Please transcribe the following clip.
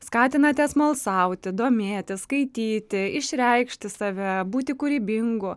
skatinate smalsauti domėtis skaityti išreikšti save būti kūrybingu